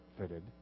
fitted